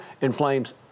inflames